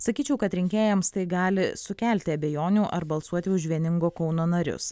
sakyčiau kad rinkėjams tai gali sukelti abejonių ar balsuoti už vieningo kauno narius